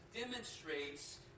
demonstrates